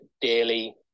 daily